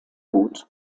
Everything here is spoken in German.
gut